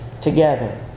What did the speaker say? together